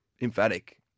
emphatic